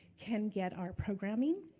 can get our programming.